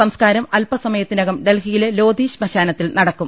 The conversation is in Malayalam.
സംസ്കാരം അല്പസമയത്തിനകം ഡൽഹിയിലെ ലോധി ശ്മശാനത്തിൽ നടക്കും